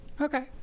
Okay